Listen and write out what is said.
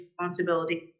responsibility